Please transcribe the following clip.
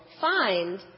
find